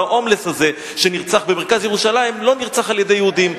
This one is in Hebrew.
ההומלס הזה שנרצח במרכז ירושלים לא נרצח על-ידי יהודים.